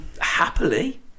Happily